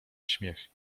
śmiech